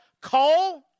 coal